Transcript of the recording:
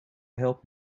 help